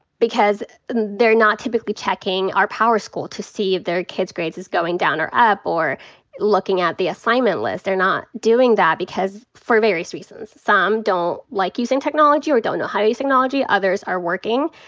because and they're not typically checking our powerschool to see if their kid's grade is going down or up or looking at the assignment list. they're not doing that because for various reasons. some don't like using technology or don't know how to use technology. others are working.